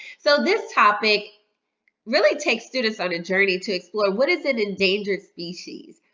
so this topic really takes students on a journey to explore what is an endangered species?